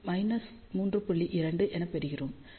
2 என பெறுகிறோம்